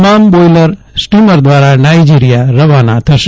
તમામ બોઇલરને સ્ટીમર દ્વારા નાઇજીરિયા રવાના થશે